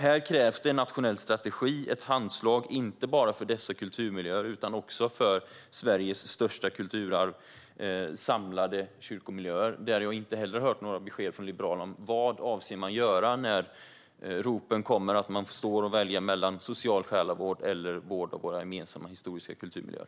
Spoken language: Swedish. Här krävs det en nationell strategi och ett handslag, inte bara för dessa kulturmiljöer utan också för Sveriges största kulturarv - samlade kyrkomiljöer. Där har jag inte heller hört några besked från Liberalerna om vad partiet avser att göra när ropen kommer om att man står och väljer mellan social själavård eller vård av våra gemensamma historiska kulturmiljöer.